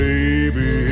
Baby